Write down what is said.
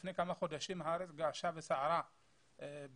לפני כמה חודשים הארץ געשה וסערה כאשר